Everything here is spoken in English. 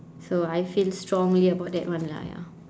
so I feel strongly about that one lah ya